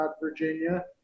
virginia